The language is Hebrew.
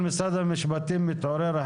משרד המשפטים רוצה להעיר.